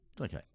Okay